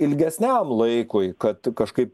ilgesniam laikui kad kažkaip